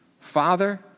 Father